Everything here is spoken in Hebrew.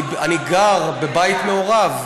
אני גר בבית מעורב,